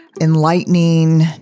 enlightening